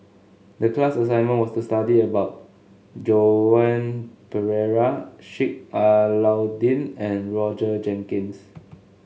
the class assignment was to study about Joan Pereira Sheik Alau'ddin and Roger Jenkins